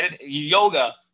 yoga